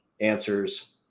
answers